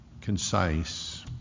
Concise